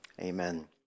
amen